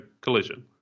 Collision